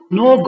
no